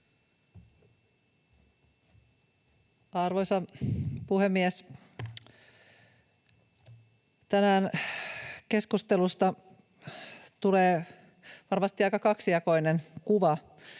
Arvoisa puhemies! Tänään keskustelusta tulee varmasti aika kaksijakoinen kuva.